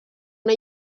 una